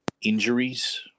injuries